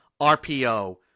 RPO